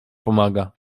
pomaga